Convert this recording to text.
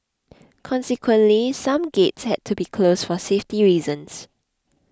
consequently some gates had to be closed for safety reasons